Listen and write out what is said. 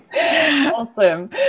Awesome